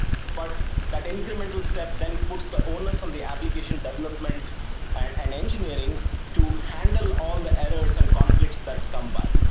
but that incremental step then puts the onus on the application development and engineering to handle all the errors and conflicts that come by.